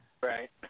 right